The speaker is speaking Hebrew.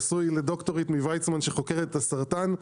נשוי לד"ר ממכון ויצמן שחוקרת את הסרטן,